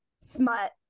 smut